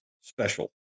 special